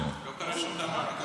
לא קרה שום דבר.